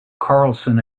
carlson